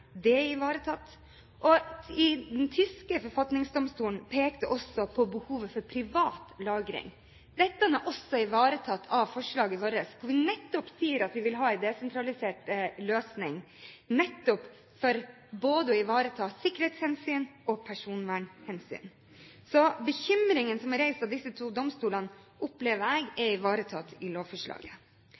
Det er ivaretatt. Den tyske forfatningsdomstolen pekte også på behovet for privat lagring. Dette er også ivaretatt av forslaget vårt, hvor vi nettopp sier at vi vil ha en desentralisert løsning, for å ivareta både sikkerhetshensyn og personvernhensyn. Så bekymringen som er reist av disse to domstolene, opplever jeg er ivaretatt i lovforslaget.